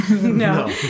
no